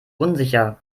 unsicher